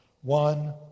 one